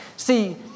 See